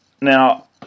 Now